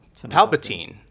Palpatine